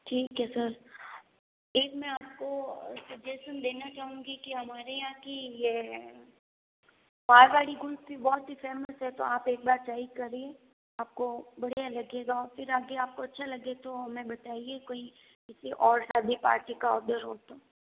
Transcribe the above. ठीक है सर एक मैं आप को सजेशन देना चाहूँगी कि हमारे यहाँ की ये मारवाड़ी कुल्फ़ी बहुत ही फेमस है तो आप एक बार ट्राई करिए आप को बढ़ियाँ लगेगा फिर आगे आप को अच्छा लगे तो हमें बताइए कोई किसी और शादी पार्टी का ऑर्डर हो तो